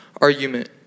argument